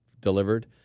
delivered